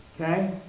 Okay